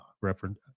reference